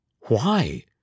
Why